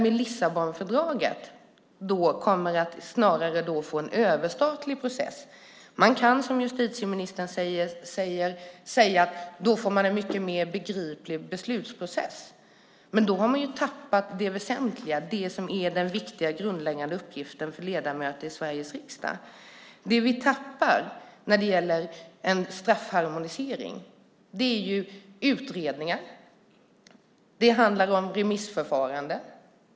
Med Lissabonfördraget kommer vi snarare att få en överstatlig process. Man kan, som justitieministern säger, säga att man då får en mycket mer begriplig beslutsprocess. Men då har man tappat det väsentliga, det som är den viktiga grundläggande uppgiften för ledamöter i Sveriges riksdag. Det vi tappar när det gäller en straffharmonisering är utredningen. Det handlar om remissförfarandet.